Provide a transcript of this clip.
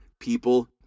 people